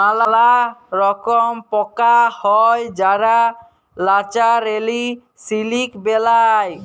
ম্যালা রকম পকা হ্যয় যারা ল্যাচারেলি সিলিক বেলায়